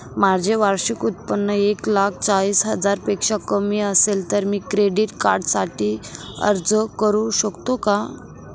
माझे वार्षिक उत्त्पन्न एक लाख चाळीस हजार पेक्षा कमी असेल तर मी क्रेडिट कार्डसाठी अर्ज करु शकतो का?